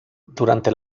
durante